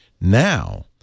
Now